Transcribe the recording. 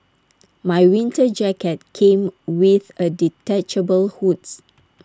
my winter jacket came with A detachable hoods